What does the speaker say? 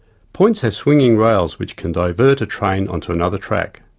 points have swinging rails, which can divert a train onto another track.